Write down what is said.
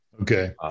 Okay